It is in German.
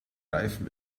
reifen